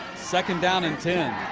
second down and ten.